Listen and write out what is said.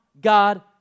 God